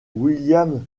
william